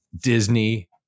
Disney